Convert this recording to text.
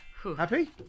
Happy